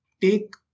take